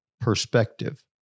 perspective